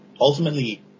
Ultimately